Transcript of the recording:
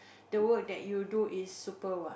the work that you do is super what